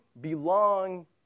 belong